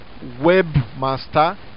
webmaster